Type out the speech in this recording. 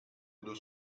deux